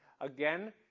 again